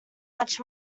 much